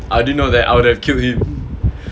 I didn't know that I would have killed him